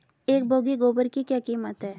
एक बोगी गोबर की क्या कीमत है?